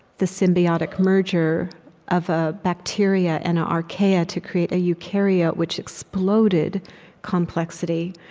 the symbiotic merger of a bacteria and an archaea, to create a eukaryote, which exploded complexity,